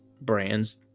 brands